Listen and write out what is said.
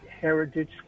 Heritage